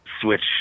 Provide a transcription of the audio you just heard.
switch